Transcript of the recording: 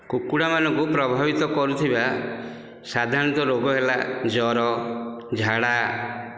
କୁକୁଡ଼ା ମାନଙ୍କୁ ପ୍ରଭାବିତ କରୁଥିବା ସାଧାରଣତଃ ରୋଗ ହେଲା ଜ୍ଵର ଝାଡ଼ା